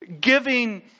giving